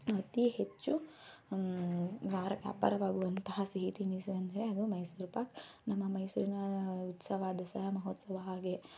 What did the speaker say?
ಅತಿ ಹೆಚ್ಚು ವ್ಯಾಪಾರವಾಗುವಂತಹ ಸಿಹಿ ತಿನಿಸು ಅಂದರೆ ಅದು ಮೈಸೂರು ಪಾಕ್ ನಮ್ಮ ಮೈಸೂರಿನ ಉತ್ಸವ ಆದ ದಸರಾ ಮಹೋತ್ಸವ ಹಾಗೆ